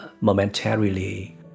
momentarily